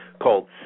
called